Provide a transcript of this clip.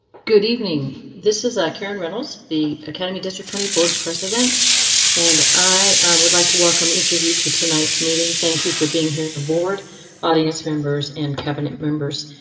good evening, this is karen reynolds, the academy district twenty board president and i would like to welcome each of you to tonight's meeting. thank you for being here, bored audience members and cabinet members,